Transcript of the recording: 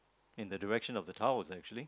in the direction of the towels actually